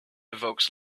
evokes